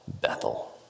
Bethel